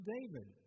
David